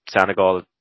Senegal